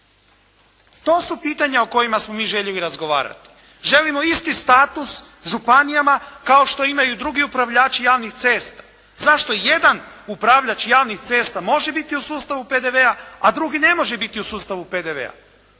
To su pitanja o kojima smo mi željeli razgovarati. Želimo isti status županijama kao što imaju drugi upravljaču javnih cesta. Zašto jedan upravljač javnih cesta može biti u sustavu PDV-a, a drugi ne može biti u sustavu PDV-a?